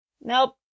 Nope